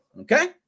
Okay